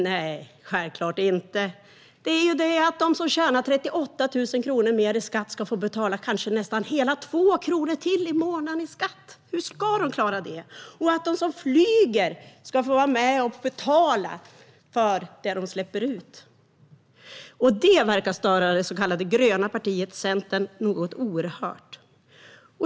Nej, självklart inte. Det är att de som tjänar 38 000 kronor i månaden ska betala nästan hela 2 kronor mer i skatt per månad. Hur ska de klara det? Och de som flyger ska vara med och betala för det de släpper ut. Detta verkar störa det så kallade gröna partiet Centern något oerhört.